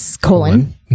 Colon